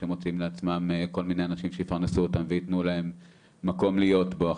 שמוצאים לעצמם כל מיני אנשים שיפרנסו אותם וייתנו להם מקום להיות בו.